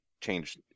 changed